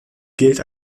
gilt